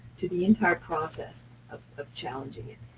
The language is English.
to the entire process of of challenging.